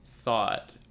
Thought